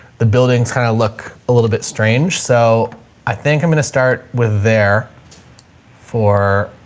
the buildings kind of look a little bit strange. so i think i'm going to start with there for